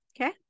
okay